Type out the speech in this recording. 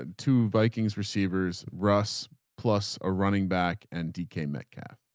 to vikings receivers, russ plus a running back and decay metcalf.